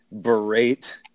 berate